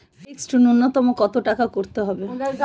Fixed নুন্যতম কত টাকা করতে হবে?